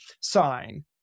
sign